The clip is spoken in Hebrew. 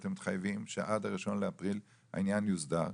שאתם מתחייבים שעד ה-1.4.2023 העניין יוסדר.